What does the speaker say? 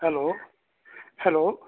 hello hello